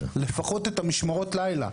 לפחות את משמרות הלילה.